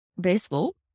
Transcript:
baseball